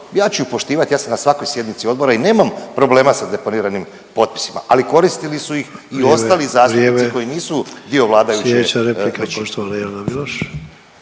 ja ću ju poštivati, ja sam na svakoj sjednici odbora i nemam problema sa deponiranim potpisima, ali koristili su ih i ostali zastupnici…/Upadica Sanader: